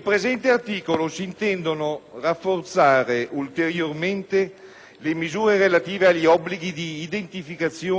presente articolo si intende rafforzare ulteriormente le misure relative agli obblighi di identificazione e di adeguata verifica della clientela relativi all'attività di trasferimento di fondi, cosiddetti *money transfer*,